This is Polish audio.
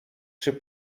czy